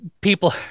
people